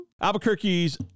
Albuquerque's